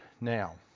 now